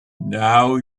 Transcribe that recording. now